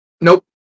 Nope